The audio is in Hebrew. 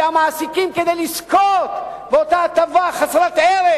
כי המעסיקים, כדי לזכות באותה הטבה חסרת ערך,